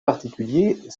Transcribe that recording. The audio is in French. particulier